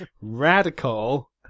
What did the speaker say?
Radical